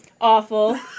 awful